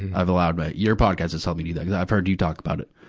i've allowed my your podcast has helped me do that. cuz i've heard you talk about it,